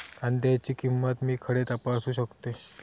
कांद्याची किंमत मी खडे तपासू शकतय?